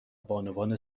بانوان